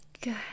good